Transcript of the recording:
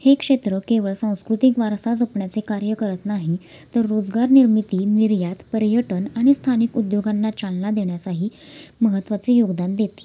हे क्षेत्र केवळ सांस्कृतिक वारसा जपण्याचे कार्य करत नाही तर रोजगारनिर्मिती निर्यात पर्यटन आणि स्थानिक उद्योगांना चालना देण्याचाही महत्त्वाचे योगदान देते